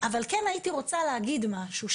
אבל כן הייתי רוצה להגיד משהו,